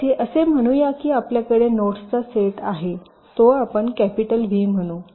येथे असे म्हणूया की आपल्याकडे नोड्सचा सेट आहे तो आपण कॅपिटल व्ही म्हणू